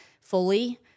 fully